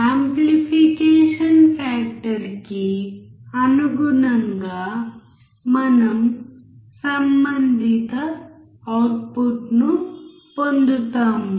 amplification ఫ్యాక్టరకి అనుగుణంగా మనం సంబంధిత అవుట్పుట్నీ పొందుతాము